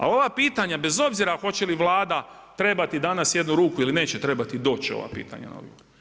A ova pitanja bez obzira hoće li Vlada trebati danas jednu ruku ili neće trebati, doći će ova pitanja na odgovor.